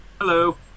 Hello